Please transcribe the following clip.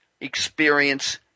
experience